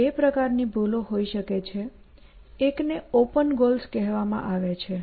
ત્યાં બે પ્રકારની ભૂલો હોઈ શકે છે એક ને ઓપન ગોલ્સ કહેવામાં આવે છે